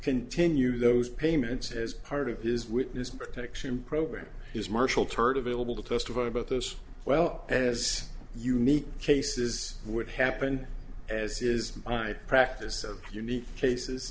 continue those payments as part of his witness protection program is marshall turd available to testify about this well as unique cases what happened as is my practice of unique cases